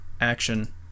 action